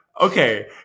Okay